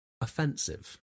offensive